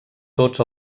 tots